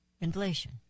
inflation